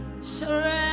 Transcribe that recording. surrender